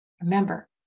Remember